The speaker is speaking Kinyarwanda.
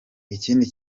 ikindi